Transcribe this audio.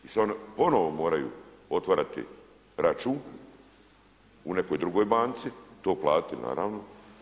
I sad ponovno moraju otvarati račun u nekoj drugoj banci, to platiti naravno.